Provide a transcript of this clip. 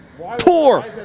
Poor